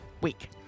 week